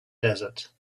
desert